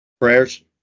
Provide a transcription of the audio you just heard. Prayers